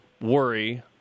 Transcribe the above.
worry